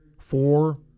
four